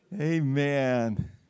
Amen